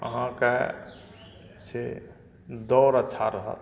अहाँके से दौड़ अच्छा रहत